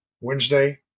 Wednesday